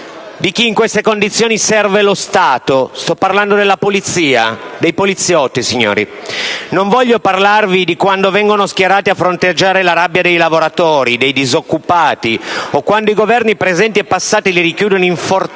di chi in queste condizioni serve lo Stato: sto parlando della polizia e dei poliziotti. Non voglio parlarvi di quando vengono schierati a fronteggiare la rabbia dei lavoratori o dei disoccupati o di quando i Governi, presenti e passati, li rinchiudono in fortini